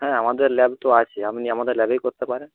হ্যাঁ আমাদের ল্যাব তো আছে আপনি আমাদের ল্যাবেই করতে পারেন